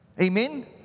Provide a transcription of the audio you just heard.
Amen